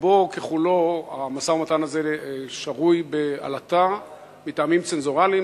רובו ככולו שרוי בעלטה מטעמים צנזורליים.